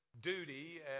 duty